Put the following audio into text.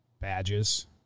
Badges